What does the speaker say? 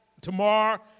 tomorrow